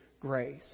grace